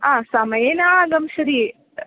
हा समये न आगमिष्यति